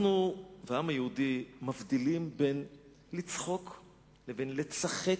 אנחנו בעם היהודי מבדילים בין לצחוק ולצחק,